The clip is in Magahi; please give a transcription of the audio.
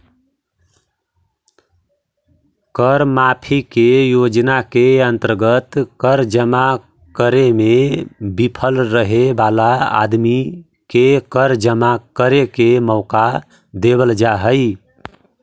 कर माफी के योजना के अंतर्गत कर जमा करे में विफल रहे वाला आदमी के कर जमा करे के मौका देवल जा हई